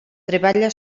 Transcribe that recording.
treballa